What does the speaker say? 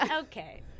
Okay